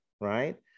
right